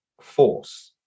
force